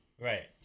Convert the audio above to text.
Right